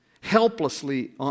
helplessly